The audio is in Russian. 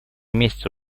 месяца